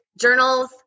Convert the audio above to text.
journals